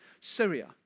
Syria